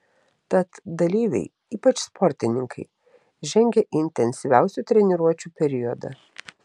tad dalyviai ypač sportininkai žengia į intensyviausių treniruočių periodą